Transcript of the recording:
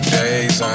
days